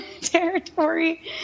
territory